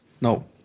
No